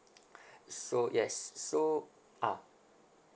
so yes so ah